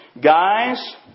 Guys